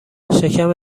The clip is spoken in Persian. شکم